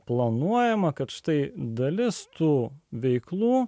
planuojama kad štai dalis tų veiklų